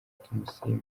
tumusiime